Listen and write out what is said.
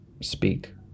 speak